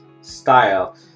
style